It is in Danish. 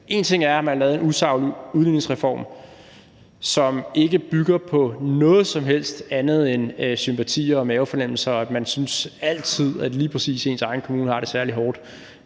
en ting er, at man har lavet en usaglig udligningsreform, som ikke bygger på noget som helst andet end sympatier og mavefornemmelser, og at man altid synes, at lige præcis ens egen kommune har det særlig hårdt;